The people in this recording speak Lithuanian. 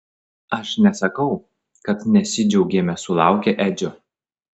aš nesakau kad nesidžiaugėme sulaukę edžio